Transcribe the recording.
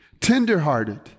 tenderhearted